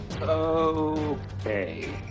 Okay